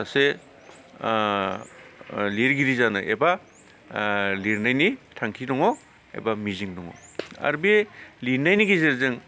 सासे लिरगिरि जानो एबा लिरनायनि थांखि दङ एबा मिजिं दङ आरो बे लिरनायनि गेजेरजों